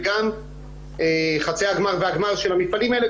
וגם חצאי הזמן והגמר של המפעלים האלה,